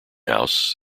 house